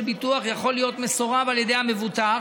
ביטוח יכול להיות מסורב על ידי המבטח,